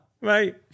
Right